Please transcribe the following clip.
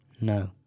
No